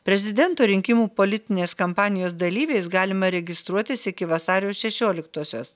prezidento rinkimų politinės kampanijos dalyviais galima registruotis iki vasario šešioliktosios